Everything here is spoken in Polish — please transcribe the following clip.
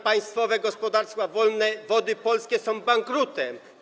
Państwowe Gospodarstwo Wodne Wody Polskie jest bankrutem.